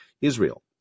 Israel